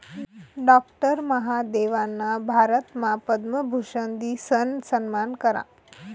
doctor महादेवना भारतमा पद्मभूषन दिसन सम्मान करा